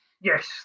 Yes